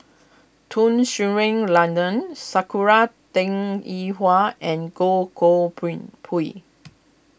Tun Sri Lanang Sakura Teng Ying Hua and Goh Koh Pui